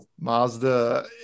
mazda